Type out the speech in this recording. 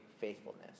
faithfulness